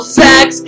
sex